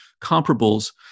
comparables